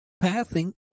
passing